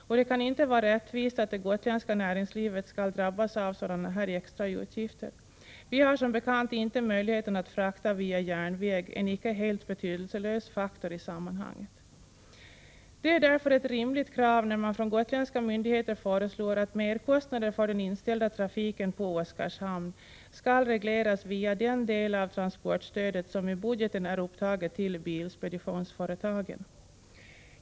Det kan inte vara rättvist att det gotländska näringslivet skall drabbas av sådana här extra utgifter. Vi har som bekant inte möjligheter att frakta via järnväg — en icke helt betydelselös faktor i sammanhanget. Det är därför ett rimligt krav när man från gotländska myndigheter föreslår att merkostnader för den inställda trafiken på Oskarshamn skall regleras via den del av transportstödet som i budgeten är upptagen för bilspeditionsföretagen.